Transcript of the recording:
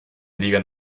liga